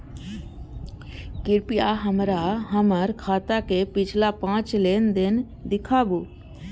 कृपया हमरा हमर खाता के पिछला पांच लेन देन दिखाबू